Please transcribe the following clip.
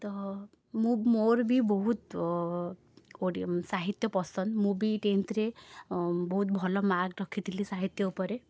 ତ ମୁଁ ମୋର ବି ବହୁତ ଓଡ଼ି ସାହିତ୍ୟ ପସନ୍ଦ ମୁଁ ବି ଟେନଥ୍ରେ ବହୁତ ଭଲ ମାର୍କ ରଖିଥିଲି ସାହିତ୍ୟ ଉପରେ